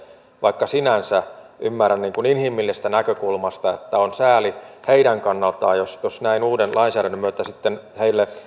vaikka sinänsä ymmärrän niin kuin inhimillisestä näkökulmasta että on sääli heidän kannaltaan jos jos näin uuden lainsäädännön myötä sitten